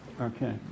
Okay